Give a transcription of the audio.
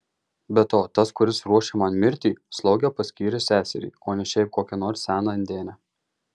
be to tas kuris ruošia man mirtį slauge paskyrė seserį o ne šiaip kokią nors seną indėnę